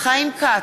חיים כץ,